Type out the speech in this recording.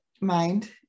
mind